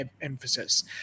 emphasis